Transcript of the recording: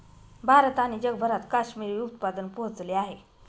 भारत आणि जगभरात काश्मिरी उत्पादन पोहोचले आहेत